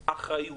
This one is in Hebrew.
זה האחריות.